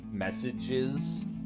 Messages